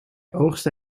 oogstte